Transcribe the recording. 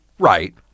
Right